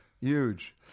huge